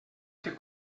que